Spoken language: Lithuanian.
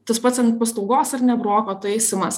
tas pats ten paslaugos ar ne broko taisymas